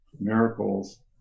miracles